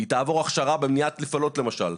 היא תעבור הכשרה במניעת נפילות למשל,